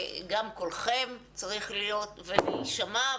גם קולכם צריך להיות ולהישמע.